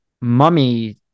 mummy